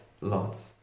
lots